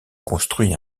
construit